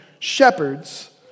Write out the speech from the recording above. Shepherds